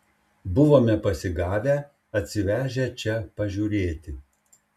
buvome pasigavę atsivežę čia pažiūrėti